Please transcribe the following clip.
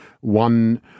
One